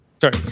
Sorry